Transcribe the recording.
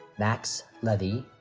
max levy,